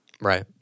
Right